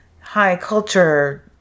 high-culture